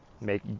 make